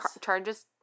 Charges